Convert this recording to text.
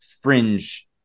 fringe